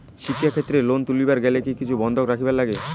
শিক্ষাক্ষেত্রে লোন তুলির গেলে কি কিছু বন্ধক রাখিবার লাগে?